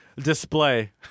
display